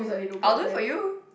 I'll do it for you